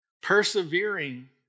Persevering